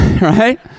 right